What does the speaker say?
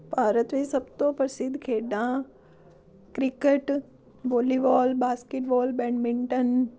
ਭਾਰਤ ਵਿੱਚ ਸਭ ਤੋਂ ਪ੍ਰਸਿੱਧ ਖੇਡਾਂ ਕ੍ਰਿਕਟ ਵੋਲੀਬੋਲ ਬਾਸਕੀਟਬੋਲ ਬੈਡਮਿੰਟਨ